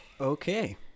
okay